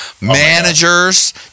managers